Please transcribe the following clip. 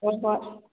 ꯍꯣꯏ ꯍꯣꯏ